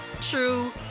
true